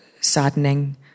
saddening